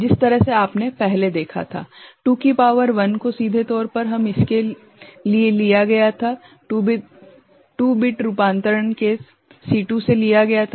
जिस तरह से आपने पहले देखा था 2 की शक्ति 1 को सीधे तौर पर इसके लिए लिया गया था 2 बिट रूपांतरण केस C2 से लिया गया था